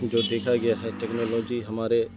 جو دیکھا گیا تھا ٹیکنالوجی ہمارے